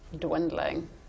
dwindling